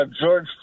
George